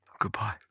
Goodbye